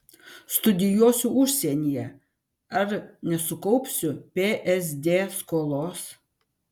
studijuosiu užsienyje ar nesukaupsiu psd skolos